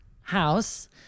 house